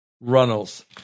Runnels